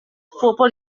phobl